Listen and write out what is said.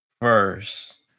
First